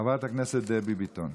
חברת הכנסת דבי ביטון.